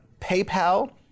PayPal